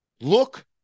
Look